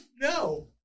No